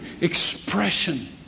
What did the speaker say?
expression